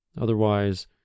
Otherwise